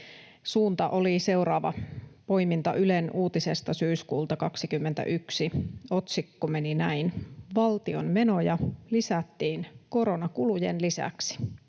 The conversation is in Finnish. suunta oli seuraava. Poiminta Ylen uutisesta syyskuulta 21, jonka otsikko meni näin: ”Valtion menoja lisättiin koronakulujen lisäksi.”